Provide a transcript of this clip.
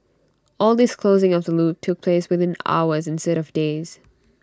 all this closing of the loop took place within hours instead of days